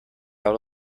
out